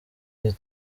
iri